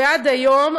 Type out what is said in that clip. ועד היום,